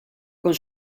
con